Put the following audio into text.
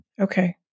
Okay